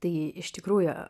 tai iš tikrųjų